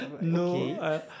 no